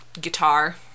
guitar